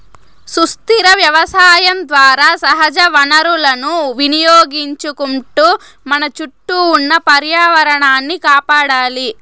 సుస్థిర వ్యవసాయం ద్వారా సహజ వనరులను వినియోగించుకుంటూ మన చుట్టూ ఉన్న పర్యావరణాన్ని కాపాడాలి